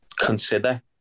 consider